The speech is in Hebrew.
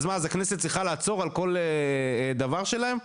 אז מה אז הכנסת צריכה לעצור על כל דבר שלהם?